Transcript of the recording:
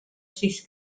sis